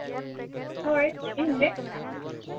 ᱦᱳᱭ ᱤᱧᱜᱮ